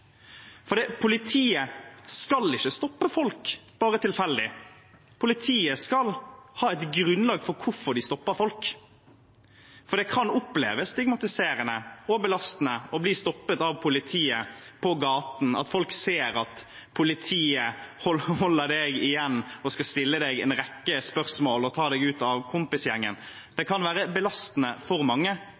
Politiet skal ikke stoppe folk bare tilfeldig. Politiet skal ha et grunnlag for hvorfor de stopper folk. For det kan oppleves stigmatiserende og belastende å bli stoppet av politiet på gaten – at folk ser at politiet holder en igjen og skal stille en rekke spørsmål og ta en ut av kompisgjengen. Det kan være belastende for mange.